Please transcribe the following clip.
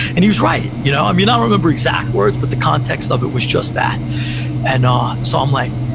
and he was right, you know? i mean, don't remember exact words, but the context of it was just that and um so i'm like,